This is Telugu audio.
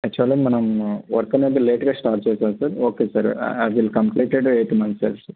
యాక్చువల్లీ మనం వర్క్ అనేది లేటుగా స్టార్ట్ చేశాము sir okay sir I will completed eight months sir